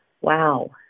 wow